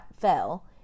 fell